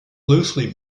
loosely